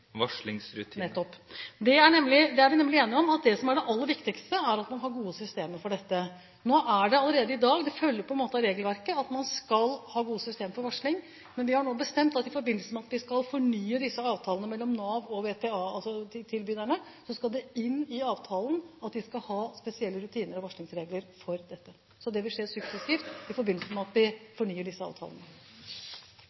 Vi er nemlig enige om at det som er det aller viktigste, er at man har gode systemer for dette. Nå er det allerede slik i dag – det følger på en måte av regelverket – at man skal ha gode systemer for varsling. Men vi har nå bestemt at i forbindelse med at vi skal fornye denne avtalen mellom Nav og VTA-tilbyderne, skal det inn i avtalen at vi skal ha spesielle rutiner og varslingsregler for dette. Så det vil skje suksessivt i forbindelse med at vi